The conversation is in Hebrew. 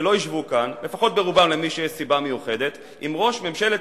שלא ישבו כאן, לפחות רובם, אם למישהו